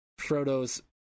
Frodo's